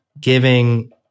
giving